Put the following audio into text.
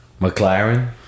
McLaren